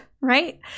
right